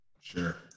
Sure